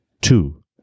Two